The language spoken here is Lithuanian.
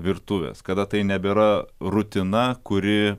virtuvės kada tai nebėra rutina kuri